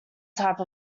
type